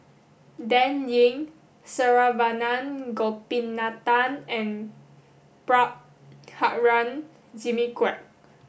Dan Ying Saravanan Gopinathan and Prabhakara Jimmy Quek